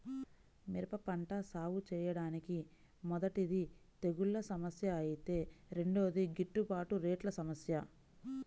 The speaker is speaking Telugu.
మిరప పంట సాగుచేయడానికి మొదటిది తెగుల్ల సమస్య ఐతే రెండోది గిట్టుబాటు రేట్ల సమస్య